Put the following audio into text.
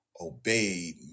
obeyed